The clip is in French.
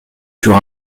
sur